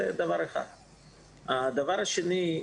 דבר שני,